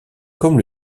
comme